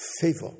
favor